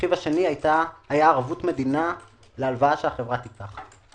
הרכיב השני היה ערבות מדינה להלוואה שהחברה תיקח.